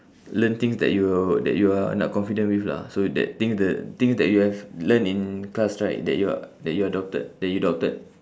learn things that you that you are not confident with lah so that things the things that you have learnt in class right that you are that you are doubted that you doubted